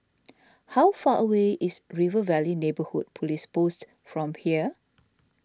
how far away is River Valley Neighbourhood Police Post from here